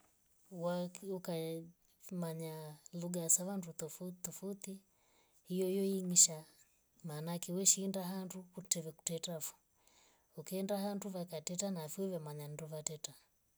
Waki ukaye fumanya lugha sanda tofouti tofouti iyo iyo inisha maana ake weshinda handu kutve kuteta foo. ukaenda handu vakateta nafiu vamanyandu teta.